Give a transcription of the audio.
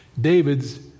david's